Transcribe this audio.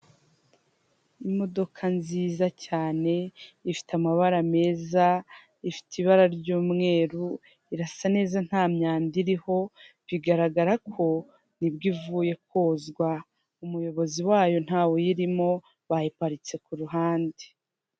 Nta muntu utagira inzozi zo kuba mu nzu nziza kandi yubatse neza iyo nzu iri mu mujyi wa kigali uyishaka ni igihumbi kimwe cy'idolari gusa wishyura buri kwezi maze nawe ukibera ahantu heza hatekanye.